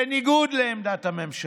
בניגוד לעמדת הממשלה.